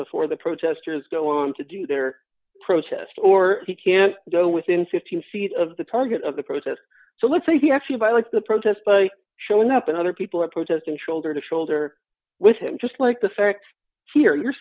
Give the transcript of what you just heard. before the protesters go on to do their protest or he can't go within fifteen feet of the target of the protest so let's say he actually violates the protest by showing up another people are protesting shoulder to shoulder with him just like the fact we're